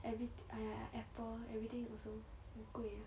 everyth~ !aiya! Apple everything also 很贵啊